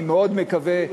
אני מאוד מקווה,